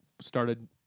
started